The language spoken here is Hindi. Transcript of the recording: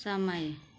समय